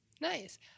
Nice